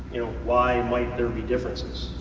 you know, why might there be differences?